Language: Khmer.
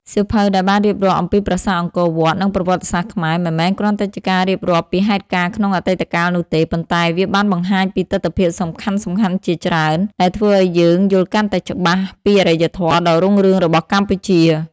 សៀវភៅដែលបានរៀបរាប់អំពីប្រាសាទអង្គរវត្ត និងប្រវត្តិសាស្ត្រខ្មែរ មិនមែនគ្រាន់តែជាការរៀបរាប់ពីហេតុការណ៍ក្នុងអតីតកាលនោះទេ ប៉ុន្តែវាបានបង្ហាញពីទិដ្ឋភាពសំខាន់ៗជាច្រើន ដែលធ្វើឲ្យយើងយល់កាន់តែច្បាស់ពីអរិយធម៌ដ៏រុងរឿងរបស់កម្ពុជា។